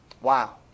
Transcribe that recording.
Wow